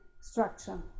structure